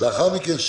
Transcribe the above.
לאחר מכן,